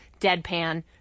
deadpan